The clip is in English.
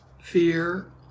fear